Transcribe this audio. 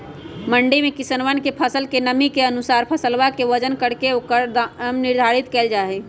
मंडी में किसनवन के फसल के नमी के अनुसार फसलवा के वजन करके ओकर दाम निर्धारित कइल जाहई